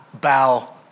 bow